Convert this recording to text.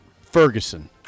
Ferguson